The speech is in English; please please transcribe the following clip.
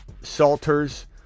Salters